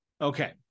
Okay